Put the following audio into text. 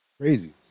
Crazy